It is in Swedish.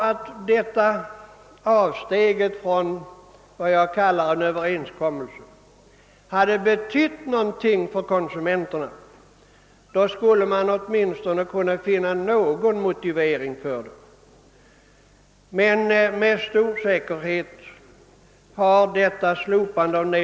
Om detta avsteg från vad jag kallar en överenskommelse hade betytt någonting för konsumenterna, så skulle man åtminstone kunnat finna någon motivering för det.